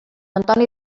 antoni